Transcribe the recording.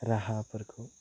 राहाफोरखौ